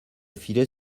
filet